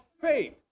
faith